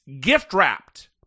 gift-wrapped